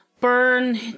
Burn